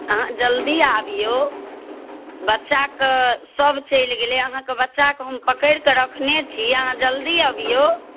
अहाँ जल्दी आबियौ बच्चाके सभ चलि गेलै अहाँके बच्चाकेँ हम पकड़ि कऽ रखने छी अहाँ जल्दी अबियौ